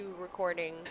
recording